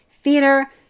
theater